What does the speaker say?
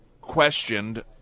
questioned